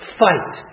fight